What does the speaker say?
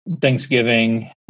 Thanksgiving